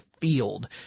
field